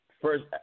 First